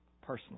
personally